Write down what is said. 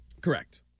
Correct